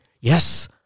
yes